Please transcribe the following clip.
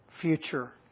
future